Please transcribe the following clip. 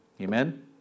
Amen